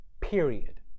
period